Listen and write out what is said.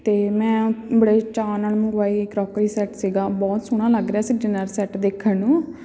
ਅਤੇ ਮੈਂ ਬੜੇ ਚਾਅ ਨਾਲ਼ ਮੰਗਵਾਈ ਕਰੋਕਰੀ ਸੈੱਟ ਸੀਗਾ ਬਹੁਤ ਸੋਹਣਾ ਲੱਗ ਰਿਹਾ ਸੀ ਡਿਨਰ ਸੈੱਟ ਦੇਖਣ ਨੂੰ